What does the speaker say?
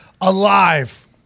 alive